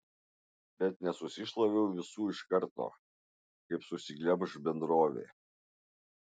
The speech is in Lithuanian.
bet nesusišlaviau visų iš karto kaip susiglemš bendrovė